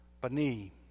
Bani